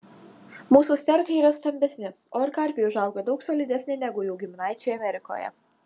mūsų sterkai yra stambesni o ir karpiai užauga daug solidesni negu jų giminaičiai amerikoje